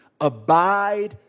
abide